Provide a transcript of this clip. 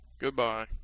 Goodbye